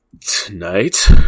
Tonight